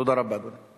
תודה רבה, אדוני.